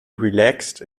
relaxt